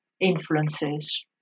influences